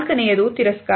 ನಾಲ್ಕನೆಯದು ತಿರಸ್ಕಾರ